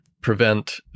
prevent